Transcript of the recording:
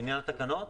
בעניין התקנות?